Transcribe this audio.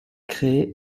créé